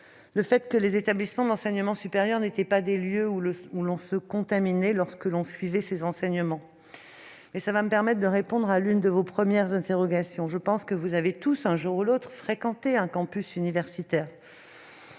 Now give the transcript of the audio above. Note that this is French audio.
le fait que les établissements d'enseignement supérieur n'étaient pas des lieux où l'on se contaminait en suivant les enseignements. Cela va me permettre de répondre à l'une de vos premières interrogations. Je pense que vous avez tous un jour ou l'autre fréquenté un campus universitaire.